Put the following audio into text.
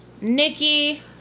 Nikki